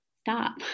stop